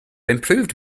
improved